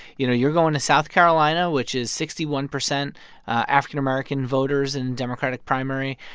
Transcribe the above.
you know you're going to south carolina, which is sixty one percent african-american voters in democratic primary.